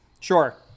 Sure